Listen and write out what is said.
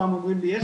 פעם אומרים לי יש,